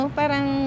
parang